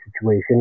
situation